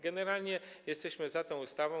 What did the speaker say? Generalnie jesteśmy za tą ustawą.